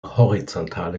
horizontale